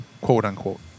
quote-unquote